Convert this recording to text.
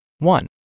One